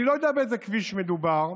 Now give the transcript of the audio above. אני לא יודע באיזה כביש מדובר,